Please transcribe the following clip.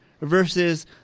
versus